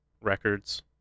records